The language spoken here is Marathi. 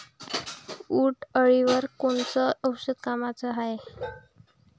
उंटअळीवर कोनचं औषध कामाचं हाये?